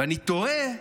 ואני תוהה: